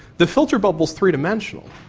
the filter bubble is three-dimensional.